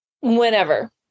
Whenever